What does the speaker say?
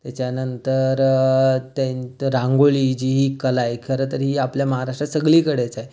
त्याच्यानंतर त्यां रांगोळी जी कला आहे खरंतर ही आपल्या महाराष्ट्रात सगळीकडेच आहे